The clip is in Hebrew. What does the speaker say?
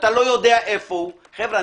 שאתה לא יודע איפה הוא חבר'ה,